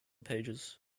pages